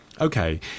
okay